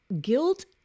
guilt